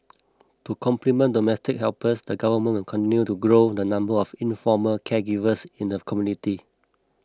to complement domestic helpers the government will continue to grow the number of informal caregivers in the community